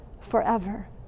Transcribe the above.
forever